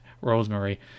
Rosemary